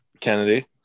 Kennedy